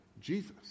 Jesus